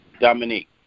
Dominique